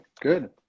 good